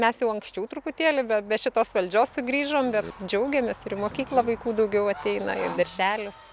mes jau anksčiau truputėlį be be šitos valdžios sugrįžom be džiaugiamės ir į mokyklą vaikų daugiau ateina ir darželis